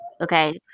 Okay